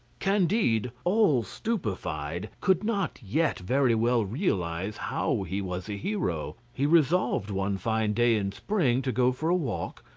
candide, all stupefied, could not yet very well realise how he was a hero. he resolved one fine day in spring to go for a walk,